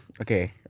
Okay